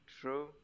True